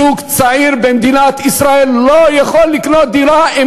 זוג צעיר במדינת ישראל לא יכול לקנות דירה אם